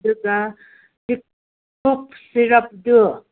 ꯑꯗꯨꯒ ꯀꯣꯞ ꯁꯤꯔꯞꯗꯨ